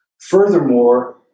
Furthermore